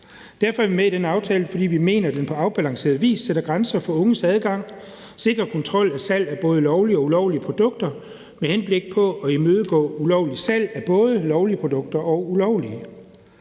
Derfor er vi med i aftalen. Det er, fordi vi mener, at den på afbalanceret vis sætter grænser for unges adgang og sikrer kontrol af salg af både lovlige og ulovlige produkter med henblik på at imødegå ulovligt salg af både lovlige og ulovlige